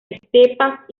estepas